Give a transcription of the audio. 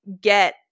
get